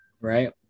Right